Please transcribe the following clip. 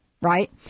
Right